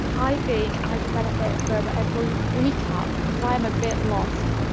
i think i could benefit from a brief recap because i am a bit lost.